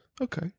Okay